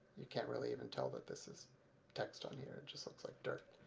you can't really even tell that this is text on here it just looks like dirt.